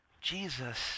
Jesus